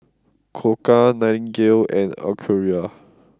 Koka Nightingale and Acura